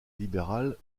libéral